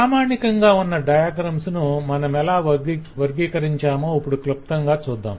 ప్రామాణికంగా ఉన్న డయాగ్రమ్స్ ను మనమెలా వర్గీకరించామో ఇప్పుడు క్లుప్తంగా చూద్దాం